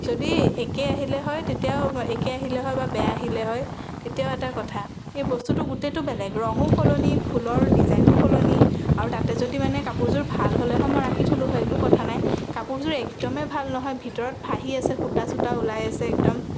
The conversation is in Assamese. যদি একেই আহিলে হয় তেতিয়াও মই একেই আহিলে হয় বেয়া আহিলে হয় তেতিয়াও এটা কথা এই বস্তুটো গোটেইটো বেলেগ ৰঙো সলনি ফুলৰ ডিজাইনো সলনি আৰু তাতে যদি মানে কাপোৰযোৰ ভাল হ'লে হয় মই ৰাখি থলোঁ হয় একো কথা নাই কাপোৰযোৰ একদমেই ভাল নহয় ভিতৰত ফাঁহি আছে সূতা চূতা ওলাই আছে একদম